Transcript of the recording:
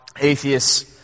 atheists